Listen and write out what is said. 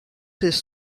his